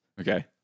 Okay